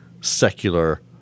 secular